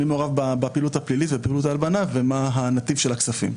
מי מעורב בפעילות הפלילית ובפעילות ההלבנה ומה הנתיב של הכספים.